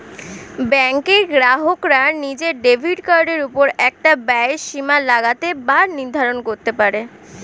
ব্যাঙ্কের গ্রাহকরা নিজের ডেবিট কার্ডের ওপর একটা ব্যয়ের সীমা লাগাতে বা নির্ধারণ করতে পারে